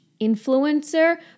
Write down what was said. influencer